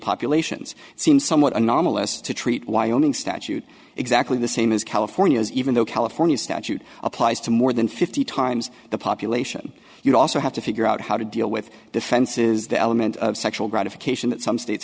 populations seems somewhat anomalous to treat wyoming statute exactly the same as california's even though california statute applies to more than fifty times the population you also have to figure out how to deal with defense is the element of sexual gratification that some states